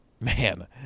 man